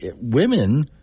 women